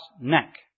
neck